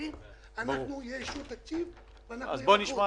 ההסדרים אולי יהיה תקציב אבל אנחנו נהיה בחוץ.